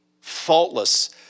faultless